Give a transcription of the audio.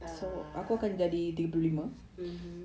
ah mmhmm